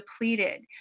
depleted